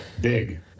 big